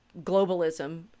globalism